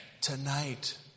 Tonight